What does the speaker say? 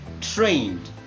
trained